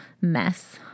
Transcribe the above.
mess